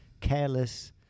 careless